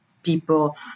People